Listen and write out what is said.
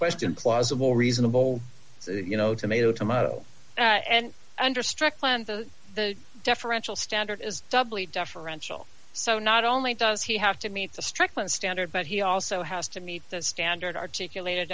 question plausible reasonable you know tomato d tomato and under strickland the the deferential standard is doubly deferential so not only does he have to meet the strickland standard but he also has to meet that standard articulated